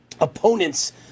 opponents